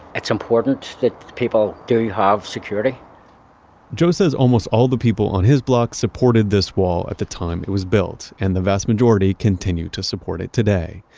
it's important that people do have security joe says almost all the people on his block supported this wall at the time it was built and the vast majority continue to support it today.